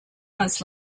months